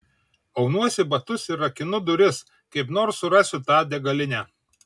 aunuosi batus ir rakinu duris kaip nors surasiu tą degalinę